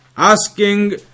Asking